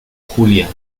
julia